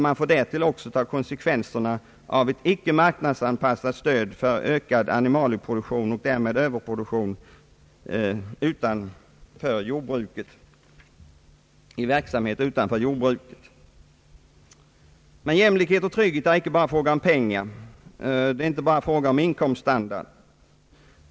Man får därtill ta konsekvenserna av ett icke marknadsanpassat stöd för ökad animalieproduktion och därmed = överproduktion = framsprungen utanför det egentliga jordbruket. Vad beträffar jämlikhet och trygghet är det icke bara fråga om pengar eller om inkomststandard.